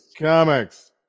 comics